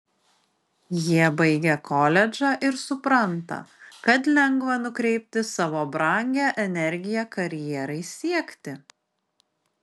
jie baigia koledžą ir supranta kad lengva nukreipti savo brangią energiją karjerai siekti